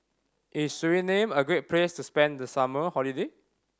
is Suriname a great place spend the summer holiday